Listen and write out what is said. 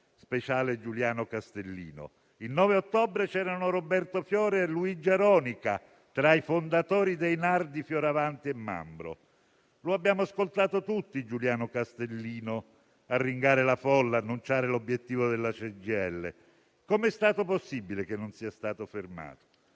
speciale Giuliano Castellino. Il 9 ottobre c'erano Roberto Fiore e Luigi Aronica, tra i fondatori dei NAR di Fioravanti e Mambro. Lo abbiamo ascoltato tutti Giuliano Castellino arringare la folla e annunciare l'obiettivo della CGIL: come è stato possibile che non sia stato fermato?